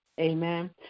Amen